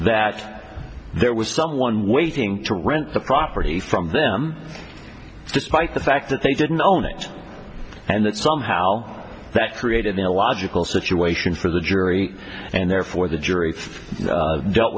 that there was someone waiting to rent the property from them despite the fact that they didn't own it and that somehow that created the logical situation for the jury and therefore the jury if dealt